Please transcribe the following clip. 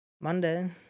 Monday